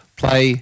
play